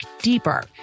deeper